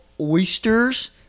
oysters